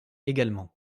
également